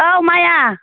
औ माया